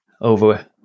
over